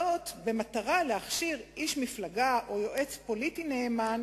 וזאת במטרה להכשיר איש מפלגה או יועץ פוליטי נאמן